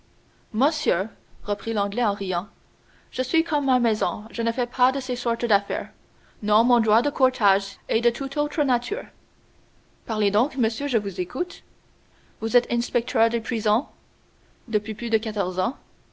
monsieur reprit l'anglais en riant je suis comme ma maison je ne fais pas de ces sortes d'affaires non mon droit de courtage est de tout autre nature parlez donc monsieur je vous écoute vous êtes inspecteur des prisons depuis plus de quatorze ans